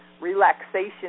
relaxation